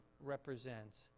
represents